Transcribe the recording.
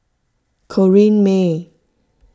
Corrinne May